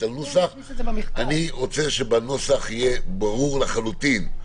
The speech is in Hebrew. רוצה שבנוסח יהיה ברור לחלוטין,